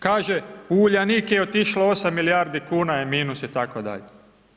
Kaže, u Uljanik je otišlo 8 milijardi kuna je minus itd.